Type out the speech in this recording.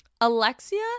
Alexia